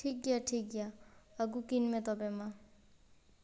ᱴᱷᱤᱠ ᱜᱮᱭᱟ ᱴᱷᱤᱠ ᱜᱮᱭᱟ ᱟᱹᱜᱩ ᱠᱤᱱ ᱢᱮ ᱛᱚᱵᱮ ᱢᱟ